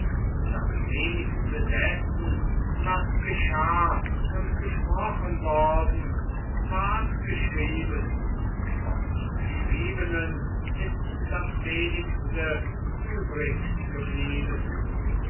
das wenigste dessen was geschah und gesprochen worden ward geschrieben vom geschriebenen ist das wenigste